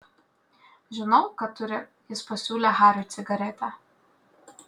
žinau kad turi jis pasiūlė hariui cigaretę